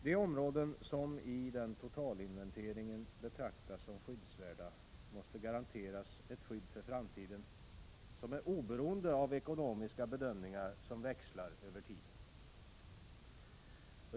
De områden som i denna totalinventering betraktas som skyddsvärda måste garanteras ett skydd för framtiden som är oberoende av ekonomiska bedömningar, som växlar över tiden.